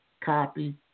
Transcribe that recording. copy